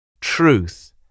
Truth